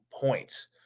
points